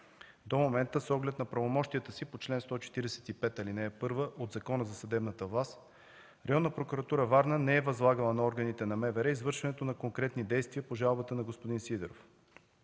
До момента с оглед на правомощията си по чл. 145, ал. 1 от Закона за съдебната власт Районна прокуратура – Варна, не е възлагала на органите на МВР извършването на конкретни действия по жалбата на господин Сидеров.